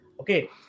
Okay